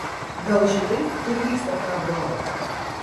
gal žinai kur vyksta ta ablava